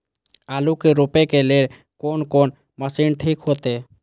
आलू के रोपे के लेल कोन कोन मशीन ठीक होते?